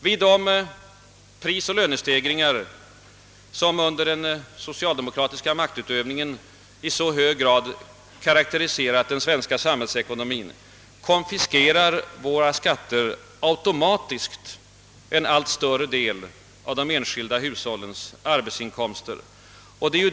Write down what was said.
Genom de prisoch lönestegringar som under den socialdemokratiska maktutövningen i så hög grad karakteriserat den svenska samhällsekonomien konfiskerar våra skatter automatiskt en allt större del av de enskilda hushållens arbetsinkomster.